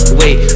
wait